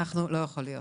זה לא יכול להיות.